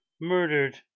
murdered